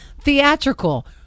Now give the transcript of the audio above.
theatrical